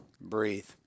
Breathe